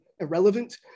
irrelevant